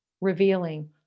revealing